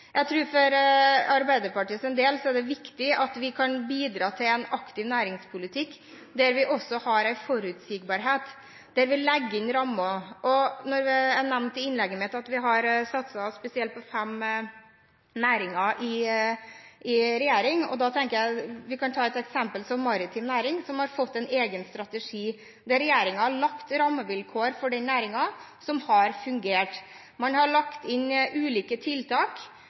Jeg tror at for Arbeiderpartiets del er det viktig at vi kan bidra til en aktiv næringspolitikk, der vi har en forutsigbarhet, der vi legger inn rammer. Da jeg nevnte i innlegget mitt at vi har satset spesielt på fem næringer i regjering, tenkte jeg vi kunne ta et eksempel som maritim næring, som har fått en egen strategi, der regjeringen har lagt rammevilkår for den næringen, som har fungert. Man har lagt inn ulike tiltak,